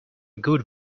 good